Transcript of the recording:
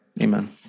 Amen